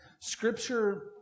Scripture